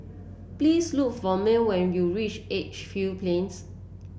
please look for Mearl when you reach Edgefield Plains